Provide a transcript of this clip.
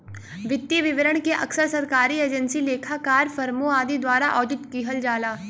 वित्तीय विवरण के अक्सर सरकारी एजेंसी, लेखाकार, फर्मों आदि द्वारा ऑडिट किहल जाला